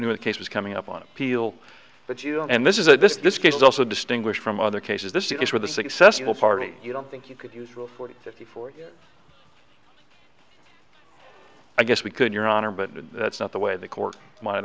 the case was coming up on appeal but you know and this is a this this case is also distinguished from other cases this is where the successful party you don't think you could use rule forty fifty four i guess we could your honor but that's not the way the court might